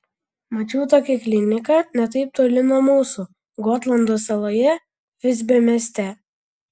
mačiau tokią kliniką ne taip toli nuo mūsų gotlando saloje visbio mieste